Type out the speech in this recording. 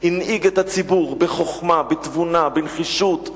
הנהיג את הציבור בחוכמה, בתבונה, בנחישות, באהבה.